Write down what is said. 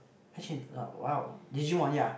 actually uh !wow! Digimon yeah